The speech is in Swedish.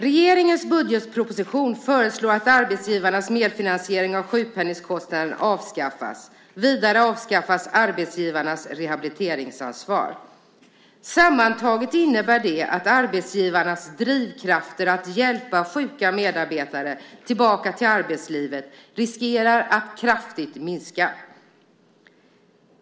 Regeringens budgetproposition föreslår att arbetsgivarnas medfinansiering av sjukpenningskostnaden avskaffas. Vidare avskaffas arbetsgivarnas rehabiliteringsansvar. Sammantaget innebär det att arbetsgivarnas drivkrafter att hjälpa sjuka medarbetare tillbaka till arbetslivet riskerar att kraftigt minska.